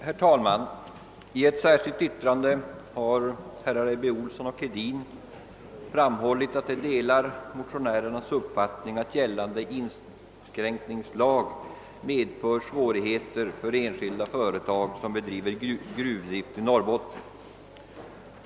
Herr talman! I ett särskilt yttrande har herrar Ebbe Ohlsson och Hedin understrukit, att de delar motionärernas uppfattning att gällande inskränkningslag medför svårigheter för enskilda företag som bedriver gruvdrift i Norrbotten.